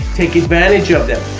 take advantage of them,